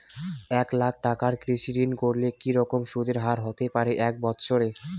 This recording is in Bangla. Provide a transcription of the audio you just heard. এক লক্ষ টাকার কৃষি ঋণ করলে কি রকম সুদের হারহতে পারে এক বৎসরে?